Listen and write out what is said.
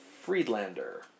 Friedlander